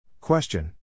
Question